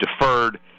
deferred